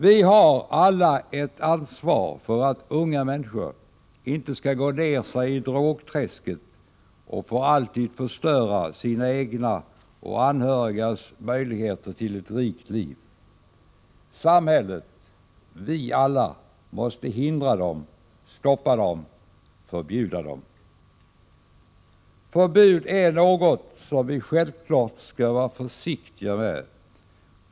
Vi har alla ett ansvar för att unga människor inte skall gå ned sig i drogträsket och för alltid förstöra sina egna och anhörigas möjligheter till ett rikt liv. Samhället, vi alla, måste hindra dem, stoppa dem, förbjuda dem. Förbud är något vi skall vara försiktiga med.